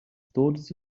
todos